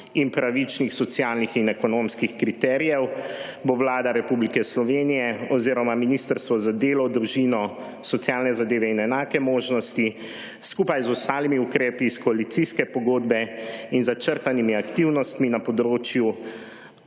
in pravičnih socialnih in ekonomskih kriterijev bo Vlada Republike Slovenije oziroma Ministrstvo za delo, družino, socialne zadeve in enake možnosti skupaj z ostalimi ukrepi iz koalicijske pogodbe in začrtanimi aktivnostmi na področju